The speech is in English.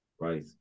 Right